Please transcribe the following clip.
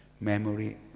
memory